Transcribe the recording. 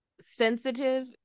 sensitive